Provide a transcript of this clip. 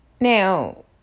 Now